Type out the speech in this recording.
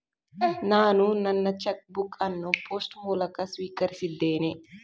ನಾನು ನನ್ನ cheque book ಅನ್ನು ಪೋಸ್ಟ್ ಮೂಲಕ ಸ್ವೀಕರಿಸಿದ್ದೇನೆ